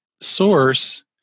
source